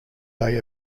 they